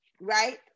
Right